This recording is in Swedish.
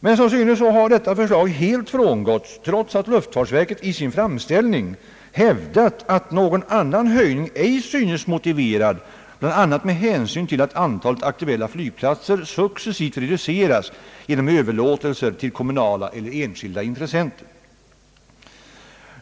Men som synes har detta förslag helt frångåtts, trots att luftfartsverket i sin framställning har hävdat att någon annan höjning ej synes motiverad bl.a. med hänsyn till att antalet aktuella flygplatser successivt reduceras genom överlåtelser till kommunala och enskilda intressenter.